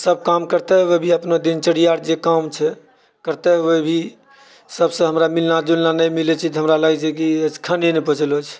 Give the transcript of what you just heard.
सभ काम करते हुए भी अपना दिनचर्याअर जे काम छै करते हुए भी सभसँ हमरा मिलना जुलना नहि मिलैत छी तऽ हमरा लागैत छै कि खाने नहि पचलौ छै